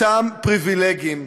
אותם פריבילגים,